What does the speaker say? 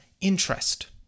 interest